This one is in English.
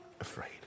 afraid